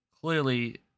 clearly